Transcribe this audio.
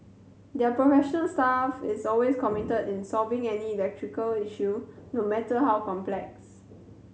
their professional staff is always committed in solving any electrical issue no matter how complex